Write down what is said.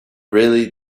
really